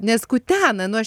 nes kutena nu aš